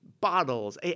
bottles